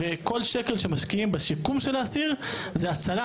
וכל שקל שמשקיעים בשיקום של האסיר זאת הצלה.